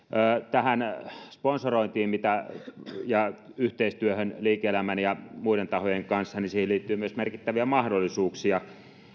tähän sponsorointiin ja yhteistyöhön liike elämän ja muiden tahojen kanssa liittyy myös merkittäviä mahdollisuuksia